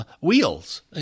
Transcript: wheels